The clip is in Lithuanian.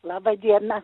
laba diena